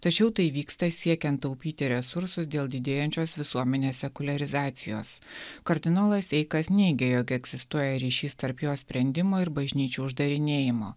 tačiau tai vyksta siekiant taupyti resursus dėl didėjančios visuomenės sekuliarizacijos kardinolas eikas neigė jog egzistuoja ryšys tarp jo sprendimo ir bažnyčių uždarinėjimo